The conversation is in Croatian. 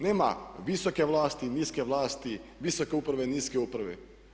Nema visoke vlasti, niske vlasti, visoke uprave, niske uprave.